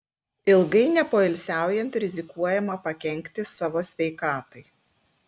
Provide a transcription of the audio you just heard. ilgai nepoilsiaujant rizikuojama pakenkti savo sveikatai